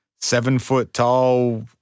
seven-foot-tall